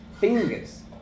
fingers